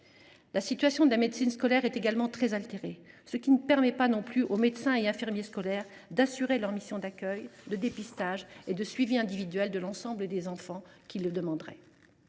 La situation de la médecine scolaire est également très altérée, ce qui ne permet pas aux médecins et infirmiers scolaires d’assurer leurs missions d’accueil, de dépistage et de suivi individuel de l’ensemble des enfants qui le demanderaient.